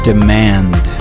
Demand